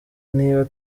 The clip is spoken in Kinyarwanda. niba